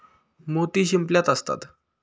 मोती शिंपल्यात असतात